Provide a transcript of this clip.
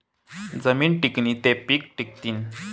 जमीन टिकनी ते पिके टिकथीन